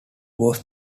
was